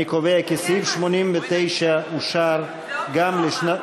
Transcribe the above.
אני קובע כי סעיף 89 אושר גם לשנת